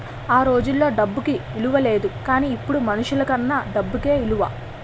ఆ రోజుల్లో డబ్బుకి ఇలువ లేదు గానీ ఇప్పుడు మనుషులకన్నా డబ్బుకే ఇలువ